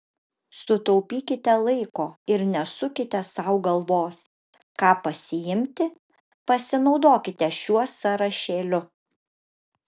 sutaupykite laiko ir nesukite sau galvos ką pasiimti pasinaudokite šiuo sąrašėliu